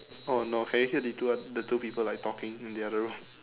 oh no can you hear the two are the two people like talking in the other room